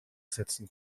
setzen